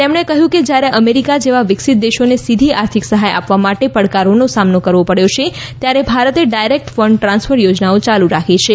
તેમણે કહ્યું કે જ્યારે અમેરિકા જેવા વિકસિત દેશોને સીધી આર્થિક સહાય આપવા માટે પડકારોનો સામનો કરવો પડ્યો છે ત્યારે ભારતે ડાયરેક્ટ ફંડ ટ્રાન્સફર યોજનાઓ ચાલુ રાખી છે